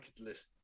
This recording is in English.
list